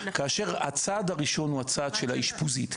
כאשר הצעד הראשון הוא הצעד של האשפוזית,